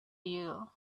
you